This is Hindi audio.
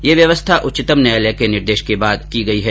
यह व्यवस्था उच्चतम न्यायालय के निर्देश के बाद की गयी है